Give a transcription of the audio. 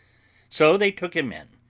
so they took him in,